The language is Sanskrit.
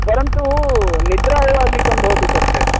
परन्तु निद्रा एव अधिका भवति तस्य